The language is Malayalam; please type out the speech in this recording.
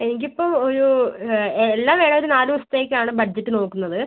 എനിക്ക് ഇപ്പോൾ ഒരു എല്ലാം വേണം ഒരു നാല് ദിവസത്തേക്ക് ആണ് ബഡ്ജറ്റ് നോക്കുന്നത്